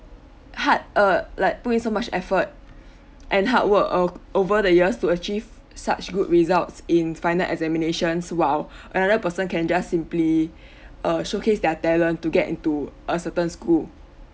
hard uh like put in so much effort and hard work o~ over the years to achieve such good results in final examinations while another person can just simply uh showcase their talent to get into a certain school